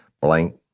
Blank